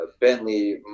Bentley